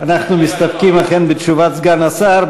אנחנו מסתפקים אכן בתשובת סגן השר,